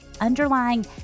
underlying